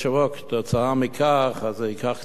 כתוצאה מכך זה ייקח קצת זמן,